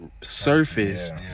surfaced